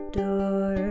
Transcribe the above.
door